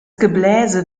gebläse